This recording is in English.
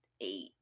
eight